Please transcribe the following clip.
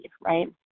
right